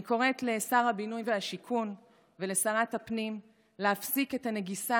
אני קוראת לשר הבינוי והשיכון ולשרת הפנים להפסיק את הנגיסה